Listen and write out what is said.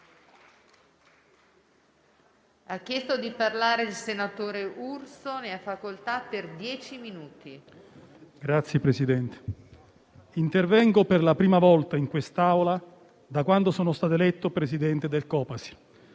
Signor Presidente, intervengo per la prima volta in quest'Aula da quando sono stato eletto Presidente del Copasir,